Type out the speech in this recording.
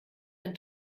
ein